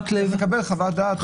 הוא היה אומר שצריך לקבל חוות דעת,